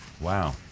wow